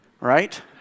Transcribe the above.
right